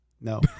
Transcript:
No